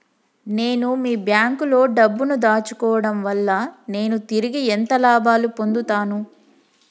నేను మీ బ్యాంకులో డబ్బు ను దాచుకోవటం వల్ల నేను తిరిగి ఎంత లాభాలు పొందుతాను?